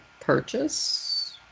purchase